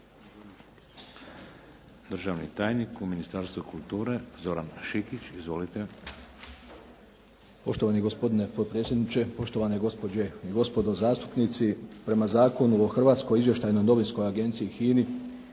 Državni tajnik u Ministarstvu kulture Zoran Šikić. Izvolite. **Šikić, Zoran** Poštovani gospodine potpredsjedniče, poštovane gospođe i gospodo zastupnici. Prema Zakonu o Hrvatskoj izvještajnoj novinskoj agenciji HINA-i